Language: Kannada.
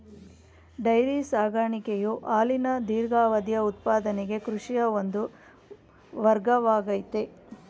ಡೈರಿ ಸಾಕಾಣಿಕೆಯು ಹಾಲಿನ ದೀರ್ಘಾವಧಿಯ ಉತ್ಪಾದನೆಗೆ ಕೃಷಿಯ ಒಂದು ವರ್ಗವಾಗಯ್ತೆ